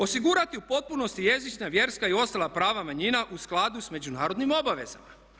Osigurati u potpunosti jezična, vjerska i ostala prava manjina u skladu sa međunarodnim obavezama.